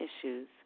issues